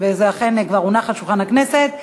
אני מוסיפה את יושב-ראש ועדת הכלכלה אבישי ברוורמן,